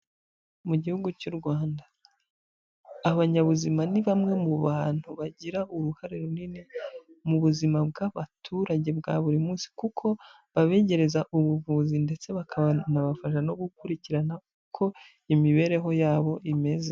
Mu gihugu cy'u Rwanda. Abanyabuzima ni bamwe mu bantu bagira uruhare runini mu buzima bw'abaturage bwa buri munsi kuko babegereza ubuvuzi ndetse bakanabafasha no gukurikirana uko imibereho yabo imeze.